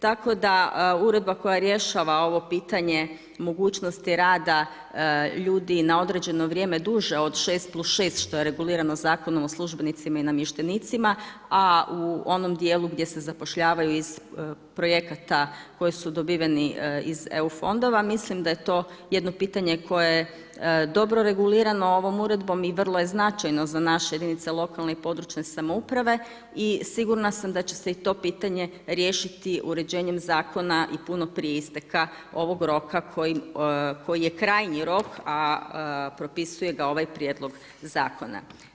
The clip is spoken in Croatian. Tako da uredba koja rješava ovo pitanje mogućnosti rada ljudi na određeno vrijeme duže od 6+6 što je regulirano Zakonom o službenicima i namještenicima a u onom dijelu gdje se zapošljavaju iz projekata koji su dobiveni iz EU fondova mislim da je to jedno pitanje koje je dobro regulirano ovom uredbom i vrlo je značajno za naše jedinice lokalne i područne samouprave i sigurna sam da će se i to pitanje riješiti uređenjem zakona i puno prije isteka ovog roka koji je krajnji rok a propisuje ga ovaj prijedlog zakona.